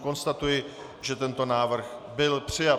Konstatuji, že tento návrh byl přijat.